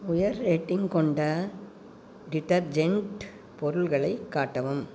உயர் ரேட்டிங் கொண்ட டிடெர்ஜெண்ட் பொருட்களை காட்டவும்